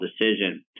decision